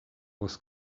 was